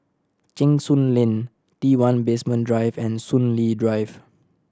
Cheng Soon Lane T One Basement Drive and Soon Lee Drive